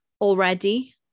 already